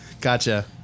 gotcha